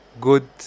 good